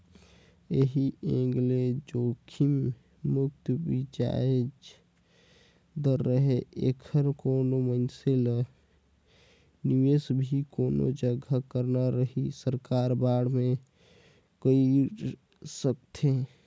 ऐही एंग ले जोखिम मुक्त बियाज दर रहें ऐखर कोनो मइनसे ल निवेस भी कोनो जघा करना रही त सरकारी बांड मे कइर सकथे